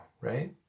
right